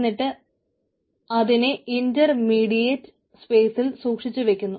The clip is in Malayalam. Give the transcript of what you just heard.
എന്നിട്ട് അതിനെ ഇൻറർ മീഡിയേറ്റ് സ്പേസിൽ സൂക്ഷിച്ചുവെക്കുന്നു